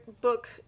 book